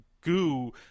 goo